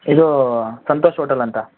ಇದು ಸಂತೋಷ್ ಹೋಟೆಲ್ ಅಂತೆ